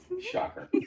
Shocker